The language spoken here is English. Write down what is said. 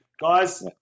Guys